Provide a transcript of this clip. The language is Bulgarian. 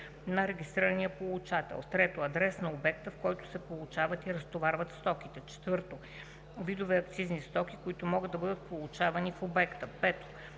на регистрирания получател; 3. адрес на обекта, в който се получават и разтоварват стоките; 4. видовете акцизни стоки, които могат да бъдат получавани в обекта; 5.